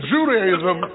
Judaism